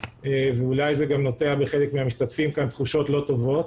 ואולי זה גם נוטע בחלק מהמשתתפים כאן תחושות לא טובות,